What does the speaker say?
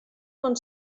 quan